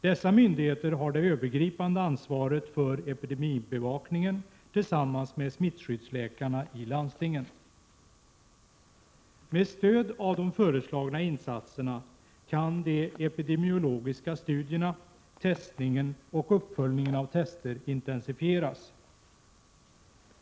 Dessa myndigheter har det övergripande ansvaret för epidemibevakningen tillsammans med smittskyddsläkarna i landstingen. Med stöd av de föreslagna insatserna kan de epidemiologiska studierna, testningen och uppföljningen av tester intensifieras.